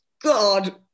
God